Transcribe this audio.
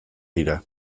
dira